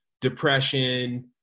depression